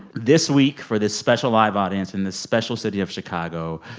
this week, for this special live audience in this special city of chicago,